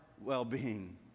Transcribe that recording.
well-being